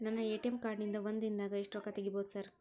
ನನ್ನ ATM card ನಿಂದಾ ಒಂದ್ ದಿಂದಾಗ ಎಷ್ಟ ರೊಕ್ಕಾ ತೆಗಿಬೋದು ಸಾರ್?